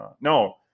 no